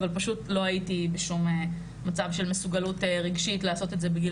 אבל פשוט לא הייתי בשום מצב של מסוגלות רגשית לעשות את זה בגיל